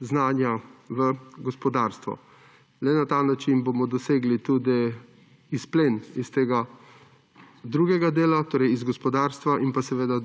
znanja v gospodarstvo. Le na ta način bomo dosegli tudi izplen iz tega drugega dela, torej iz gospodarstva in